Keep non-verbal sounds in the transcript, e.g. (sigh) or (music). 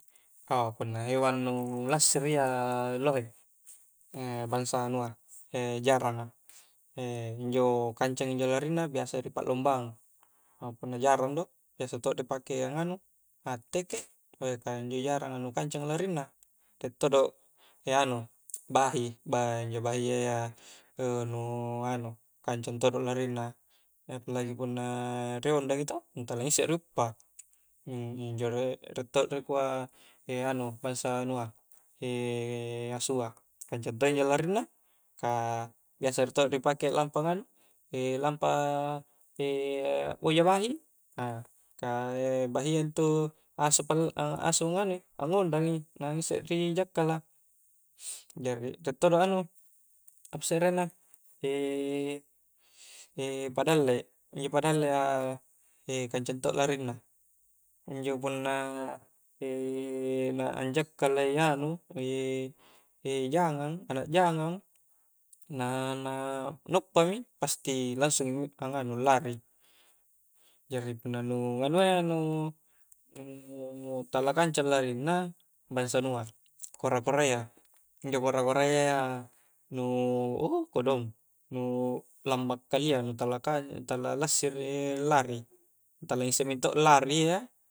Punna hewan nu lassiri ia lohe, (hesitation) bangsa anua (hesitation) jarang a (hesitation) injo kancang injo larinna biasa ripaklombanng, (hesitation) jarang a do biasa todo ripake tekek, ka injo jarang a nu kancang larinna, riek todo, (hesitation) anu, bahi, injo bahia ia (hesitation) nu anu nu kancang todo larinna aplagi punna riondang i toh tala ngissek ri uppa, (hesitation) inji rek-riek todo rikuaa (hesitation) anu bangsa anua (hesitation) asua kancang todo injo larinna, ka biasa todo ripake lampa anu (hesitation) lampa (hesitation) abboja bahi, (hesitation) ka bahia intu asu pa (unintelligible) angondang i na ngissek ri jakkala, jari riek todo anu apasse arenna (hesitation) padalle. injo padalle a kancang todo larinna, injo punna (hesitation) anjakkalai anu (hesitation) jangang, anak jangngang, punna nauppami pasti langsung i allari, (hesitation) jari punna anua ia, nu tala kancang larinna, bangsa anua, kora-korayya ia nu ukkodong nu lamba kalia tala kancang allari, nu tala ngissek mintodo allarai ia